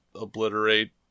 obliterate